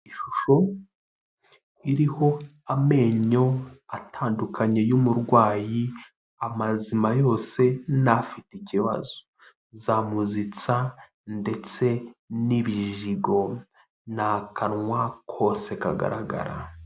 Ishusho iriho amenyo atandukanye y'umurwayi, amazima yose n'afite ikibazo, za muzitsa ndetse n'ibijigo, ni akanwa kose kagaragara.